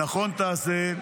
נכון תעשה,